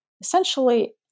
essentially